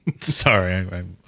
Sorry